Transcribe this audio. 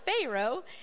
Pharaoh